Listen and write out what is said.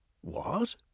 What